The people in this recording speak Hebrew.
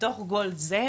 בתוך כל זה,